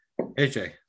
AJ